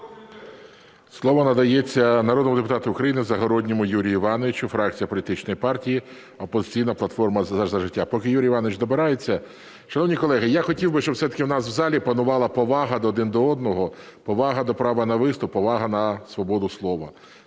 Слово надається народному депутату України Загородньому Юрію Івановичу, фракція політичної партії "Опозиційна платформа – За життя". Поки Юрій Іванович добирається, шановні колеги, я хотів би, щоб все-таки в нас в залі панувала повага один до одного, повага до права на виступ, повага на свободу слова.